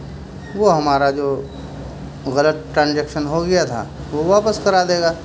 وہ ہمارا جو غلط ٹرانزیکشن ہو گیا تھا وہ واپس کرا دے گا